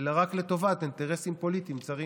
אלא רק לטובת אינטרסים פוליטיים צרים.